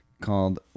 called